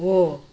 हो